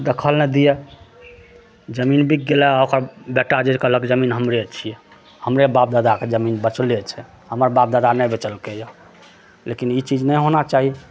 दखल नहि दिअ जमीन बिक गेलय ओकर बेटा जे कहलक जमीन हमरे छियै हमरे बाप दादाके जमीन बचले छै हमर बाप दादा नहि बेचलकइ हँ लेकिन ई चीज नहि होना चाही